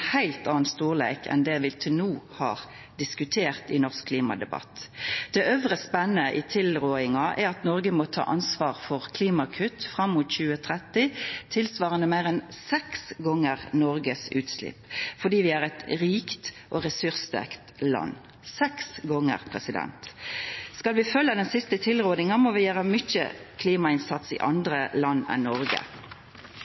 heilt annan storleik enn det vi til no har diskutert i norsk klimadebatt. Det øvre spennet i tilrådinga er at Noreg må ta ansvar for klimakutt fram mot 2030 tilsvarande meir enn seks gonger Noregs utslipp fordi vi er eit rikt og ressurssterkt land – seks gonger. Skal vi følgja den siste tilrådinga, må vi gjera mykje klimainnsats i